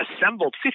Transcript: assembled